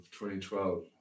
2012